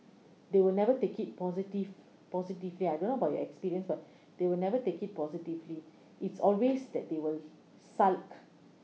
they will never take it positive positively I don't know about your experience but they will never take it positively it's always that they will sulk